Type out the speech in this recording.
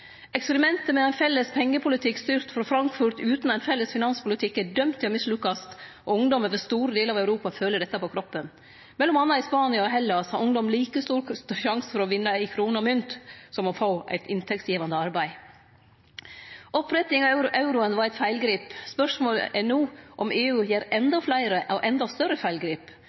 med ein felles pengepolitikk styrt frå Frankfurt utan ein felles finanspolitikk er dømt til å mislukkast, og ungdom i store delar av Europa føler dette på kroppen. Mellom anna i Spania og Hellas har ungdom like stor sjanse for å vinne i krone og mynt som å få eit inntektsgivande arbeid. Opprettinga av euroen var eit feilgrep. Spørsmålet er om EU no gjer enda fleire og enda større feilgrep.